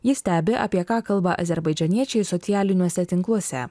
jis stebi apie ką kalba azerbaidžaniečiai socialiniuose tinkluose